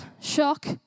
shock